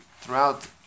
throughout